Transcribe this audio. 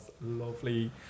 lovely